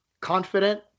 confident